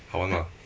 好玩吗